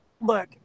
look